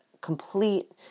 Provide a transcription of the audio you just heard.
complete